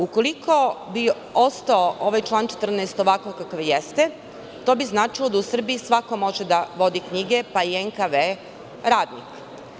Ukoliko bi ostao ovaj član 14. ovakav kakav jeste, to bi značilo da u Srbiji svako može da vodi knjige, pa i NKV radnik.